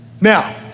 Now